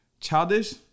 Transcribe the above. childish